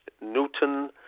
Newton